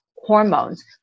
hormones